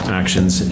actions